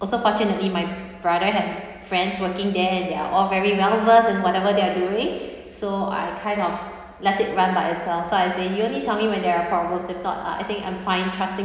also fortunately my brother has friends working there they're all very well versed in whatever they're doing so I kind of let it run by itself so I say you only tell me when there are problems if not uh I think I'm fine trusting